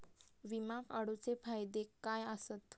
विमा काढूचे फायदे काय आसत?